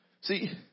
see